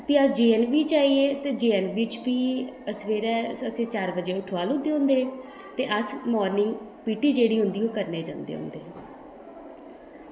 ते अस जे ऐन्न वी आइयै ते जे ऐन्न वी च फ्ही सबैह्रे असेंगी चार बजे ठोआली ओड़दे होंदे हे ते अस मार्निंग जेह्ड़ी पी टी होंदी ओह् करने गै जंदे होंदे हे